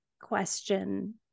question